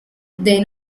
dei